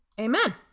Amen